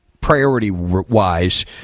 priority-wise